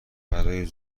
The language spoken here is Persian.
برای